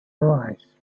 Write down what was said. arise